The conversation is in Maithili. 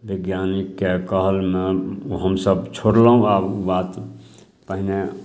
वैज्ञानिकके कहलमे छोड़लहुँ आब ओ बात पहिने